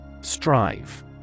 Strive